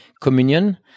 communion